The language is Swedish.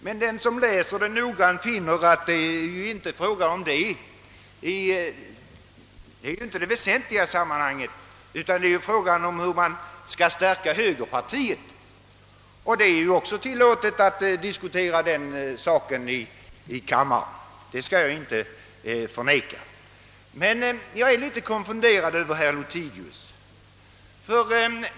Men den som läser motionen noggrant finner att det inte är fråga om något sådant. Det är inte alls det väsentliga, utan det är frågan om hur man skall stärka högerpartiet. Det är ju också tillåtet att diskutera den saken här i kammaren, det skall jag inte förneka. Men jag är litet konfunderad över vad herr Lothigius har sagt.